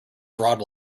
robbed